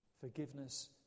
Forgiveness